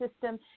system